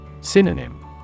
Synonym